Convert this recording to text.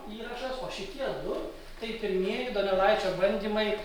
įrašas o šitie du tai pirmieji donelaičio bandymai